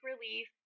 relief